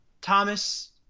Thomas